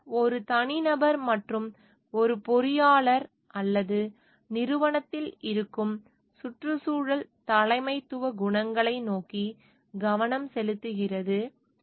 இது ஒரு தனிநபர் மற்றும் ஒரு பொறியாளர் அல்லது நிறுவனத்தில் இருக்கும் சுற்றுச்சூழல் தலைமைத்துவ குணங்களை நோக்கி கவனம் செலுத்துகிறது